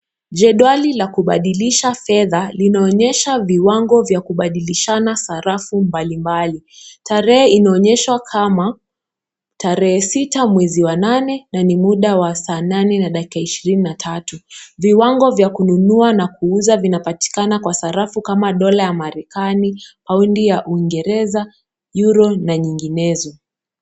Jedwali la kubadilisha fedha linaonyesha viwango vya kubadilishana sarafu mbalimbali. Tarehe inaonyeshwa kama, tarehe sita mwezi wa nane na ni muda wa saa nane na dakika ishirini na tatu. Viwango vya kununua na kuuza vinapatikana kwa sarafu kama dola ya Marekani, paundi ya Uingereza, euro na nyinginezo.